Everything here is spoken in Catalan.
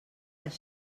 les